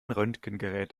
röntgengerät